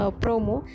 promo